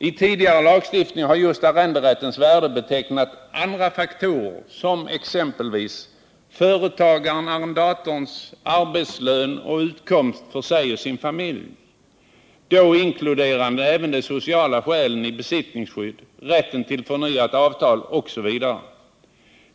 I tidigare lagstiftning har med detta värde avsetts andra faktorer, exempelvis företagarens/arrendatorns arbetslön och utkomst för sig och sin familj, då inkluderande även de sociala värden som ligger i besittningsskydd, rätt till förnyat avtal osv.